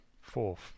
Fourth